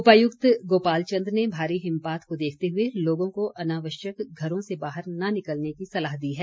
उपायुक्त गोपाल चंद ने भारी हिमपात को देखते हुए लोगों को अनावश्यक घरों से बाहर न निकलने की सलाह दी है